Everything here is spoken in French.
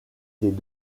des